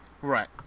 Right